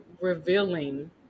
revealing